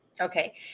Okay